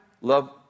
love